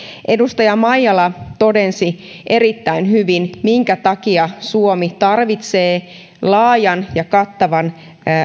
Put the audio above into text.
edustaja maijala todensi erittäin hyvin minkä takia suomi tarvitsee laajan ja kattavan